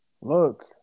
look